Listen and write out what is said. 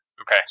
Okay